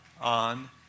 on